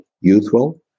youthful